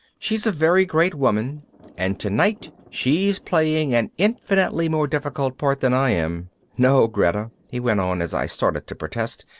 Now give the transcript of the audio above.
she's a very great woman and tonight she's playing an infinitely more difficult part than i am. no, greta he went on as i started to protest,